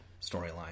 storyline